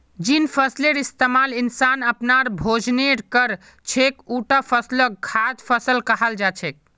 जिन फसलेर इस्तमाल इंसान अपनार भोजनेर कर छेक उटा फसलक खाद्य फसल कहाल जा छेक